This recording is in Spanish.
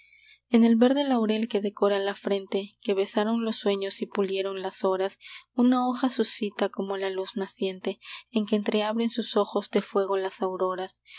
en el verde laurel que decora la frente que besaron los sueños y pulieron las horas una hoja suscita como la luz naciente en que entreabren sus ojos de fuego las auroras